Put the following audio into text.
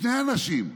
"שני אנשים.